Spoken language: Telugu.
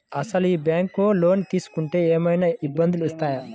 అసలు ఈ బ్యాంక్లో లోన్ తీసుకుంటే ఏమయినా ఇబ్బందులు వస్తాయా?